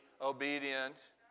obedient